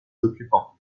occupants